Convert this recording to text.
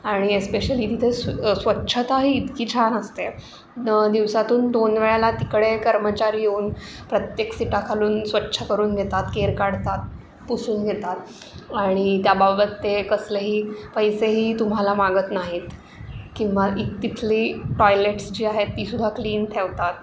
आणि एस्पेशली तिथे स्व स्वच्छताही इतकी छान असते दिवसातून दोन वेळाला तिकडे कर्मचारी येऊन प्रत्येक सीटाखालून स्वच्छ करून घेतात केर काढतात पुसून घेतात आणि त्याबाबत ते कसलेही पैसेही तुम्हाला मागत नाहीत किंवा इ तिथली टॉयलेट्स जी आहेत तीसुद्धा क्लीन ठेवतात